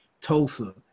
Tulsa